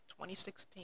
2016